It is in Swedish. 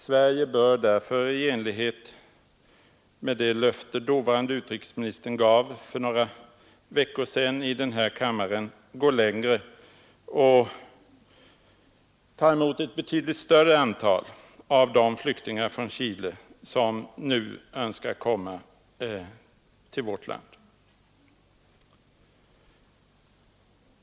Sverige bör därför i enlighet med det löfte som dåvarande utrikesministern gav för några veckor sedan i den här kammaren gå längre och ta emot ett betydligt större antal av de flyktingar från Chile som nu önskar komma till vårt land.